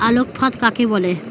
আলোক ফাঁদ কাকে বলে?